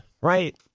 right